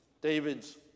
David's